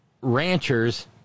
Ranchers